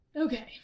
Okay